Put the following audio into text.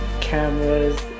cameras